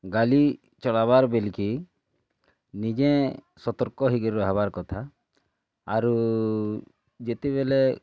ଗାଡ଼ି ଚଲାବାର୍ ବୋଲିକି ନିଜେଁ ସତ୍ତର୍କ ହୋଇକିର୍ ରହେବାର୍ କଥା ଆାରୁ ଯେତେବେଲେ